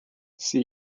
see